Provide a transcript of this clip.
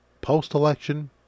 post-election